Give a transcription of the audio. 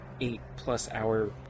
eight-plus-hour